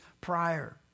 prior